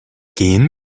gehen